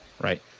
right